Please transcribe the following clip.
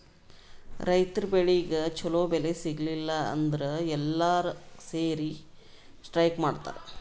ರೈತರ್ ಬೆಳಿಗ್ ಛಲೋ ಬೆಲೆ ಸಿಗಲಿಲ್ಲ ಅಂದ್ರ ಎಲ್ಲಾರ್ ಸೇರಿ ಸ್ಟ್ರೈಕ್ ಮಾಡ್ತರ್